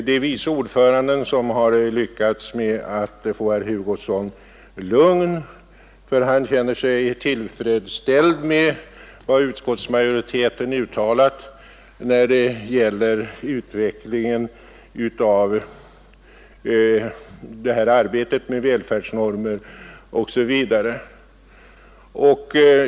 Det är vice ordföranden som har lyckats få herr Hugosson lugn med vad utskottsmajoriteten uttalat när det gäller utvecklingen av det här arbetet med välfärdsnormer m.m.